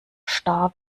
star